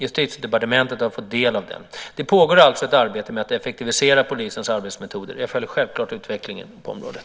Justitiedepartementet har fått del av den. Det pågår alltså ett arbete med att effektivisera polisens arbetsmetoder. Jag följer självklart utvecklingen på området.